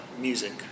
music